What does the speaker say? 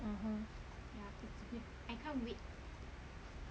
mmhmm